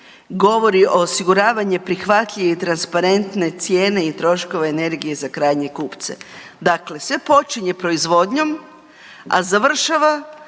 govori o osiguravanju prihvatljive i transparentne cijene i troškova energije za krajnje kupce. Dakle, sve počinje proizvodnjom, a završava